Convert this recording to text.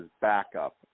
backup